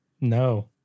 No